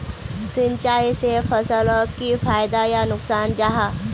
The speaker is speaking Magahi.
सिंचाई से फसलोक की फायदा या नुकसान जाहा?